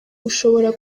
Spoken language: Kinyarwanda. ushobora